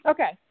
Okay